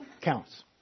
counts